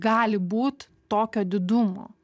gali būt tokio didumo